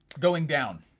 going down,